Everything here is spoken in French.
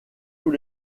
tous